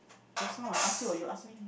just now I ask you or you ask me